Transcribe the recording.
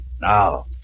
Now